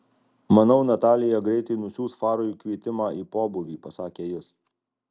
manau natalija greitai nusiųs farui kvietimą į pobūvį pasakė jis